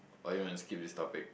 or you want to skip this topic